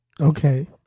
Okay